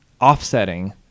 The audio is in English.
offsetting